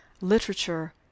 literature